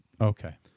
okay